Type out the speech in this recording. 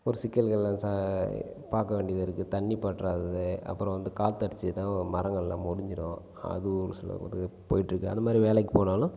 ஒரு சிக்கல்காலில் சா பார்க்க வேண்டியதுருக்கு தண்ணி பற்றாதது அப்புறம் வந்து காற்று அடிச்சிதுன்னா மரங்கள்லாம் முறிஞ்சிரும் அது ஒரு சில இது போயிவிட்டு இருக்கு அதுமாதிரி வேலைக்குப் போனாலும்